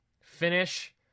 finish